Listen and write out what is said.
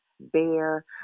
bear